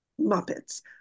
Muppets